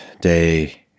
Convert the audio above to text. day